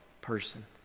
person